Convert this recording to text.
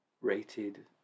rated